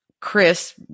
Chris